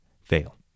fail